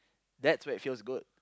that's where it feels good